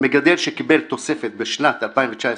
מגדל שקיבל תוספת בשנת 2019,